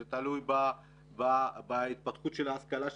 זה תלוי בהתפתחות ההשכלה,